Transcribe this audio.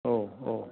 औ औ